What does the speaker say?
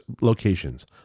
locations